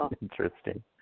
Interesting